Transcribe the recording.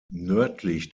nördlich